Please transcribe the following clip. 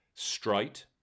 Straight